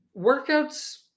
workouts